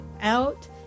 out